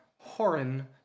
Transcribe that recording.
Horan